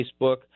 Facebook